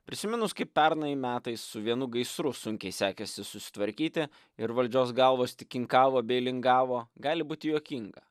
prisiminus kaip pernai metais su vienu gaisru sunkiai sekėsi susitvarkyti ir valdžios galvos tik kinkavo bei lingavo gali būti juokinga